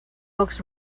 books